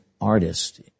artist